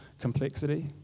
complexity